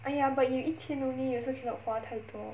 !aiya! but you 一天 only you also cannot 花太多